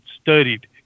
studied